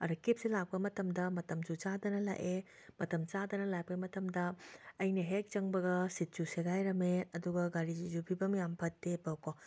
ꯑꯗ ꯀꯦꯞꯁꯦ ꯂꯥꯛꯄ ꯃꯇꯝꯗ ꯃꯇꯝꯖꯨ ꯆꯥꯗꯅ ꯂꯥꯛꯑꯦ ꯃꯇꯝ ꯆꯥꯗꯅ ꯂꯥꯛꯄꯩ ꯃꯇꯝꯗ ꯑꯩꯅ ꯍꯦꯛ ꯆꯪꯕꯒ ꯁꯤꯠꯁꯨ ꯁꯦꯒꯥꯏꯔꯝꯃꯦ ꯑꯗꯨꯒ ꯒꯥꯔꯤꯖꯤꯖꯨ ꯐꯤꯕꯝ ꯌꯥꯝ ꯐꯠꯇꯦꯕꯀꯣ